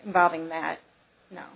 involving that no